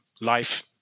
life